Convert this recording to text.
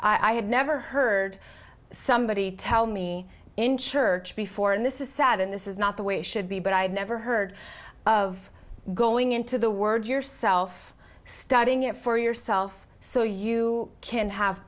i had never heard somebody tell me in church before and this is sad and this is not the way it should be but i've never heard of going into the word yourself studying it for yourself so you can have